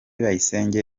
bayisenge